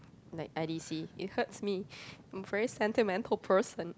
like i_d_c it hurts me I'm very sentimental person